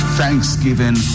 thanksgiving